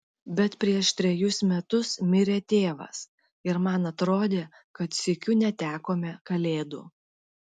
bet prieš trejus metus mirė tėvas ir man atrodė kad sykiu netekome kalėdų